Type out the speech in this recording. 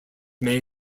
may